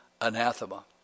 anathema